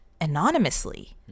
anonymously